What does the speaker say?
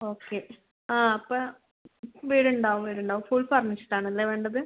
okay ആ അപ്പോൾ വീടുണ്ടാവും വീടുണ്ടാവും ഫുൾ ഫർണിഷ്ഡ് ആണല്ലേ വേണ്ടത്